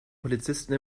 polizisten